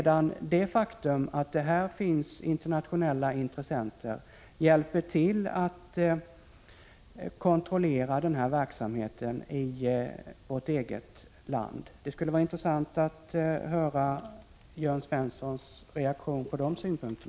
Redan det faktum att det finns internationella intressenter hjälper alltså, indirekt, till att kontrollera verksamheten även i vårt eget land. Det skulle vara intressant att höra Jörn Svenssons reaktion på dessa synpunkter.